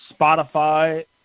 Spotify